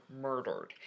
murdered